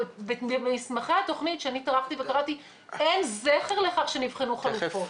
במסמכי התכנית שטרחתי וקראתי אין זכר לכך שנבחנו חלופות.